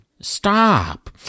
Stop